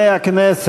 נגד,